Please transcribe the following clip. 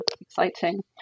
exciting